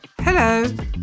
Hello